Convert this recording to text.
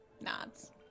Nods